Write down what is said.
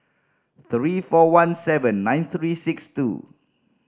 three four one seven nine three six two